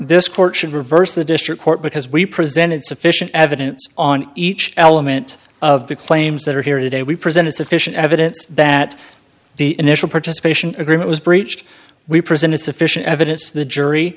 this court should reverse the district court because we presented sufficient evidence on each element of the claims that are here today we presented sufficient evidence that the initial participation agreement was breached we presented sufficient evidence the jury